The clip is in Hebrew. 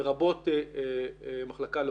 לרבות מחלקה לאוטיסטים.